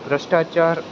ભ્રષ્ટાચાર